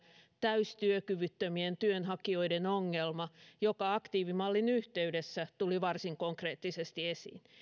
täystyökyvyttömien työnhakijoiden ongelma joka aktiivimallin yhteydessä tuli varsin konkreettisesti esiin